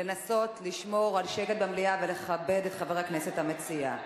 לנסות לשמור על שקט במליאה ולכבד את חבר הכנסת המציע.